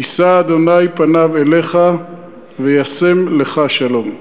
יישא ה' פניו אליך וישם לך שלום.